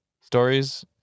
stories